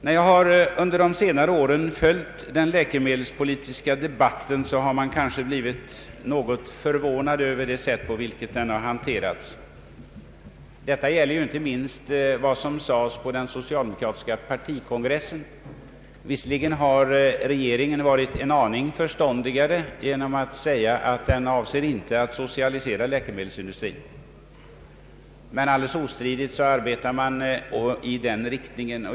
När jag under senare år följt den läkemedelspolitiska debatten har jag blivit något förvånad över på vilket sätt den hanterats. Detta gäller inte minst vad som sades på den socialdemokra tiska partikongressen. Visserligen har regeringen varit en aning förståndigare genom att säga att den inte avser att socialisera läkemedelsindustrin, men alldeles ostridigt är att man arbetar i den riktningen.